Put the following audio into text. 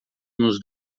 nos